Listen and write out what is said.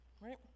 right